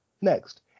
next